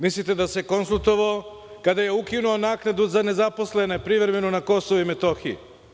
Mislite da se konsultovao kada je ukinuo naknadu za nezaposlene privremeno na Kosovo i Metohiju.